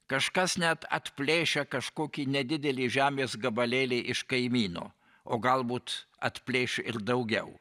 kažkas net atplėšia kažkokį nedidelį žemės gabalėlį iš kaimyno o galbūt atplėš ir daugiau